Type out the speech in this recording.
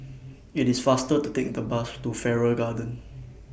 IT IS faster to Take The Bus to Farrer Garden